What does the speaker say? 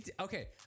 Okay